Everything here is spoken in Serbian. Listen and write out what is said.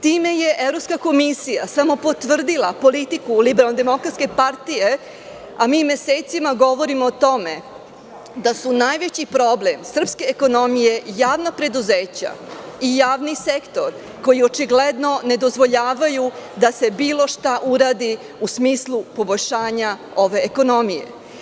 Time je Evropska komisija samo potvrdila politiku LDP, a mi mesecima govorimo o tome da su najveći problem srpske ekonomije javna preduzeća i javni sektor, koji očigledno ne dozvoljavaju da se bilo šta uradi u smislu poboljšanja ove ekonomije.